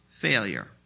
failure